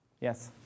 Yes